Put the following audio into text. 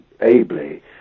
ably